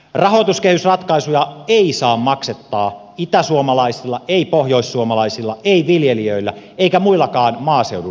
rahoituskehysratkaisuja ei saa maksattaa itäsuomalaisilla ei pohjoissuomalaisilla ei viljelijöillä eikä muillakaan maaseudun ihmisillä